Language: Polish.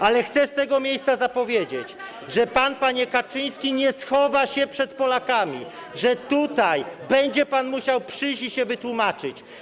Ale chcę z tego miejsca zapowiedzieć, że pan, panie Kaczyński, nie schowa się przed Polakami, że tutaj będzie pan musiał przyjść i się wytłumaczyć.